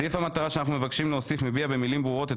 סעיף המטרה שאנחנו מבקשים להוסיף מביע במילים ברורות את